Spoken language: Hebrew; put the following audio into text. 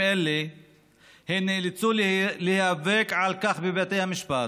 אלה הן נאלצו להיאבק על כך בבתי המשפט,